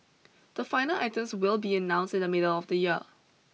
the final items will be announced in the middle of the year